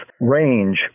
range